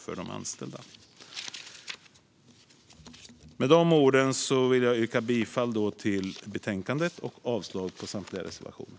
Med dessa ord vill jag yrka bifall till utskottets förslag i betänkandet och avslag på samtliga reservationer.